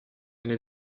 n’est